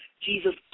Jesus